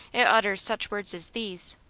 it utters such words as these,